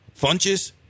Funches